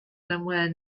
somewhere